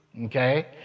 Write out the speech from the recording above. okay